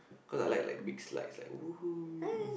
cause I like like big slides like woohoo